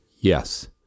Yes